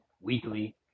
weekly